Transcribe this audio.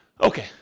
Okay